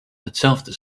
hetzelfde